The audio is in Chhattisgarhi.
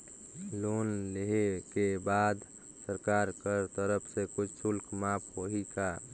लोन लेहे के बाद सरकार कर तरफ से कुछ शुल्क माफ होही का?